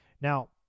now